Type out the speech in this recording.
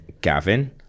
gavin